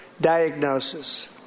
diagnosis